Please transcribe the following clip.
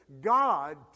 God